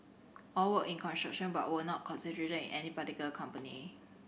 all worked in construction but were not concentrated in anybody company